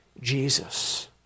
Jesus